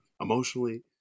emotionally